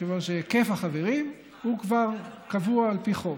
מכיוון שהיקף החברים הוא כבר קבוע על פי חוק,